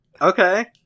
okay